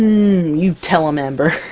you tell'em ember!